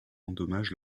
endommage